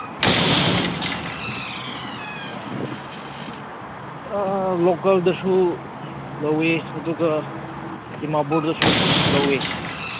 ꯑꯥ ꯂꯣꯀꯦꯜꯗꯁꯨ ꯂꯧꯋꯤ ꯑꯗꯨꯒ ꯗꯤꯃꯥꯄꯨꯔꯗꯁꯨ ꯂꯧꯋꯤ